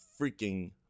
freaking